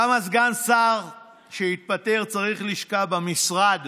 למה סגן שר שהתפטר צריך לשכה במשרד